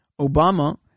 Obama